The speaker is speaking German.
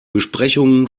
besprechungen